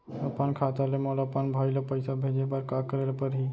अपन खाता ले मोला अपन भाई ल पइसा भेजे बर का करे ल परही?